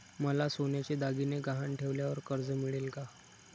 मला सोन्याचे दागिने गहाण ठेवल्यावर कर्ज मिळेल का?